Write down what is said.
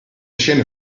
scene